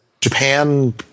Japan